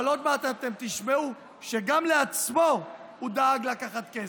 אבל עוד מעט אתם תשמעו שגם לעצמו הוא דאג לקחת כסף.